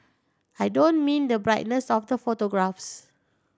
I don't mean the brightness of the photographs